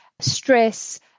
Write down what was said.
stress